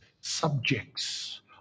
subjects